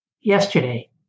Yesterday